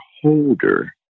holder